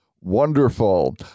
Wonderful